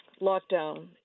lockdown